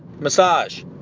Massage